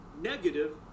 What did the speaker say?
negative